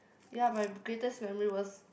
ya my greatest memory was